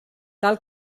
tal